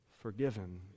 forgiven